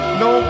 no